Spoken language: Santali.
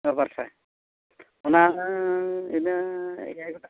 ᱚ ᱵᱟᱨᱥᱟᱭ ᱚᱱᱟ ᱤᱱᱟᱹ ᱮᱭᱟᱭ ᱜᱚᱴᱟᱝ